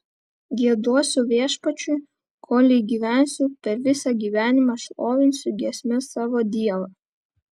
giedosiu viešpačiui kolei gyvensiu per visą gyvenimą šlovinsiu giesme savo dievą